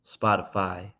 Spotify